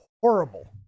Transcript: horrible